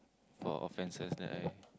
for offenses that I